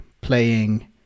playing